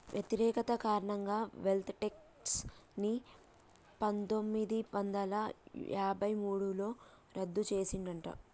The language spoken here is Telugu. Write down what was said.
వ్యతిరేకత కారణంగా వెల్త్ ట్యేక్స్ ని పందొమ్మిది వందల యాభై మూడులో రద్దు చేసిండ్రట